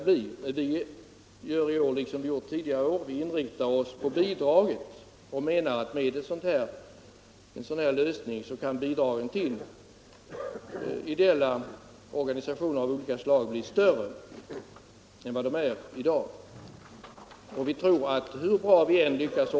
Vi inriktar oss i år liksom tidigare år på bidragen och menar att bidragen till ideella organisationer av olika slag kan bli större än de är i dag om man antar vårt förslag till lösning.